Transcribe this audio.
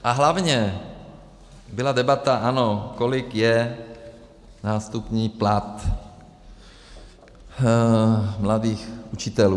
A hlavně byla debata, ano, kolik je nástupní plat mladých učitelů.